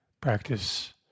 practice